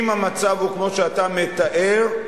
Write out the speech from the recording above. אם המצב הוא כמו שאתה מתאר,